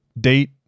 Date